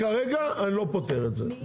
כרגע אני לא פוטר את זה.